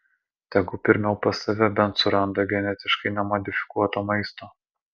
tegu pirmiau pas save bent suranda genetiškai nemodifikuoto maisto